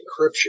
encryption